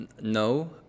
No